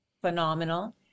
phenomenal